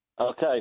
Okay